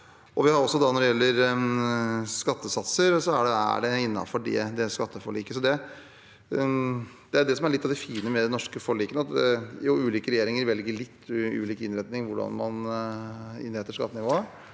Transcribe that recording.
når det gjelder skattesatser, er de innenfor det skatteforliket. Det er det som er litt av det fine med de norske forlikene: Ulike regjeringer velger litt ulikt hvordan man innretter skattenivået,